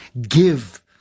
give